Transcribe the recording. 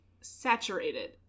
saturated